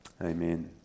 Amen